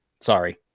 Sorry